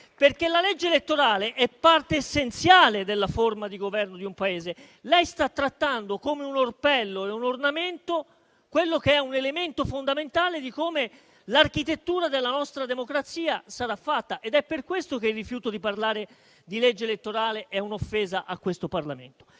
La legge elettorale è parte essenziale della forma di governo di un Paese. Lei sta trattando come un orpello e un ornamento quello che è un elemento fondamentale dell'architettura della nostra democrazia, ed è per questo che il rifiuto di parlare di legge elettorale è un'offesa a questo Parlamento.